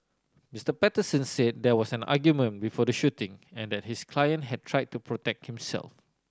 Mister Patterson said there was an argument before the shooting and that his client had tried to protect himself